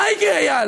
מה יקרה, איל?